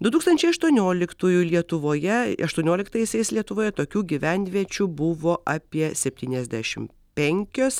du tūkstančiai aštuonioliktųjų lietuvoje aštuonioliktaisiais lietuvoje tokių gyvenviečių buvo apie septyniasdešimt penkios